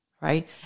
Right